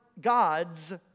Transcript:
God's